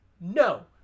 No